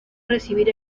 recibir